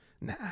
Nah